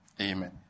amen